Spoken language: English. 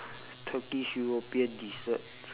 turkish european dessert